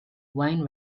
wine